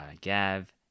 Gav